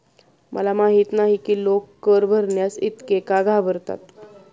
मला माहित नाही की लोक कर भरण्यास इतके का घाबरतात